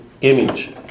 image